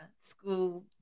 School